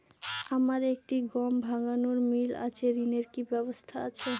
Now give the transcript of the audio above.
আমার একটি গম ভাঙানোর মিল আছে ঋণের কি ব্যবস্থা আছে?